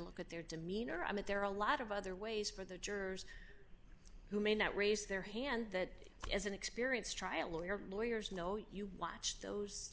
look at their demeanor i mean there are a lot of other ways for the jurors who may not raise their hand that as an experienced trial lawyer lawyers know you watch those